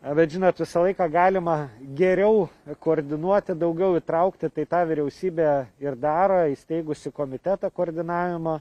vat žinot visą laiką galima geriau koordinuoti daugiau įtraukti tai tą vyriausybė ir daro įsteigusi komitetą koordinavimo